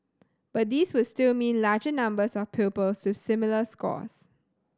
but these would still mean larger numbers of pupils with similar scores